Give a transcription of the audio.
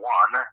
one